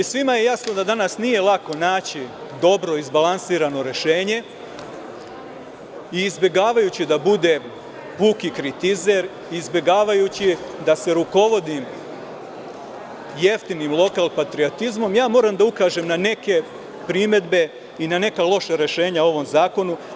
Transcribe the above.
Svima je jasno da danas nije lako naći dobro izbalansirano rešenje i izbegavajući da budem puki kritizer, izbegavajući da se rukovodim jeftinim lokalnim patriotizmom, moram da ukažem na neke primedbe i na neka loša rešenja u ovom zakonu.